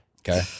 Okay